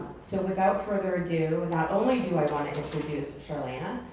so without further ado, not only do i wanna introduce charlana,